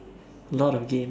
lot of games